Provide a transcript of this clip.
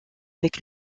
avec